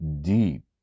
Deep